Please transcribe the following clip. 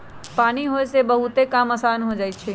पानी होय से बहुते काम असान हो जाई छई